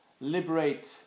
liberate